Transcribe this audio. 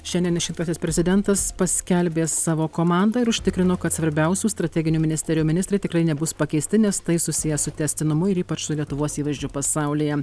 šiandien išrinktasis prezidentas paskelbė savo komandą ir užtikrino kad svarbiausių strateginių ministerijų ministrai tikrai nebus pakeisti nes tai susiję su tęstinumu ir ypač su lietuvos įvaizdžiu pasaulyje